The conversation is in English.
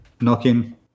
knocking